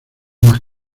más